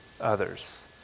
others